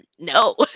No